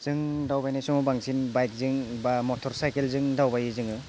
जों दावबायनाय समाव बांसिन बाइकजों बा मटरसाइकेलजों दावबायो जोङो